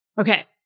Okay